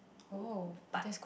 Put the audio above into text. uh uh but